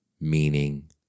meaning